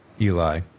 Eli